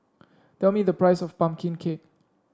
tell me the price of pumpkin cake